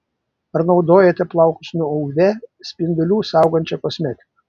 ar naudojate plaukus nuo uv spindulių saugančią kosmetiką